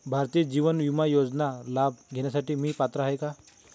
भारतीय जीवन विमा योजनेचा लाभ घेण्यासाठी मी पात्र आहे का?